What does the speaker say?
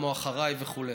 "אחריי" וכו'.